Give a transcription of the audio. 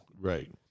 Right